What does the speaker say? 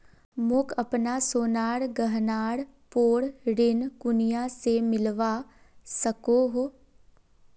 मोक अपना सोनार गहनार पोर ऋण कुनियाँ से मिलवा सको हो?